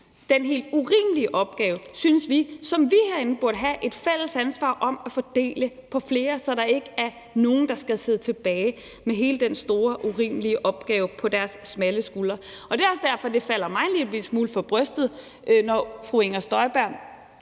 den helt urimelige opgave, synes vi, som vi herinde burde have et fælles ansvar om at fordele på flere, så der ikke er nogen, der skal sidde tilbage med hele den store urimelige opgave på deres smalle skuldre. Det er også derfor, det falder mig en lillebitte smule for brystet, når fru Inger Støjberg